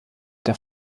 der